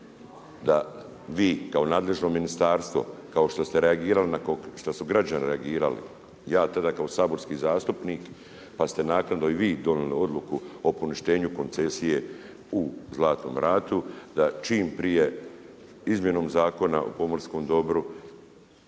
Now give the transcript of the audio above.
da vi kao nadležno ministarstvo kao što ste reagirali, nakon što su građani reagirali, ja tada kao saborski zastupnik pa ste naknadno i vi donijeli odluku o poništenju koncesije u Zlatnom Ratu da čim prije izmjenom Zakona o pomorskom dobru